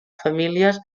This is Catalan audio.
famílies